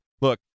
Look